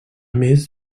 més